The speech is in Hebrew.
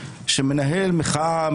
שמנהל מחאה,